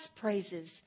praises